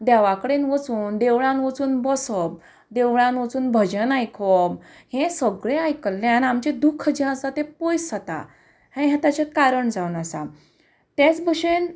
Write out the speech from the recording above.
देवा कडेन वचून देवळांत वचून बसप देवळांत वचून भजन आयकप हें सगळें आयकल्ल्यान आमचें दुख्ख जें आसा तें पयस जाता हें ताचें कारण जावन आसा तेच भशेन